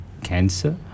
cancer